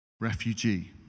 Refugee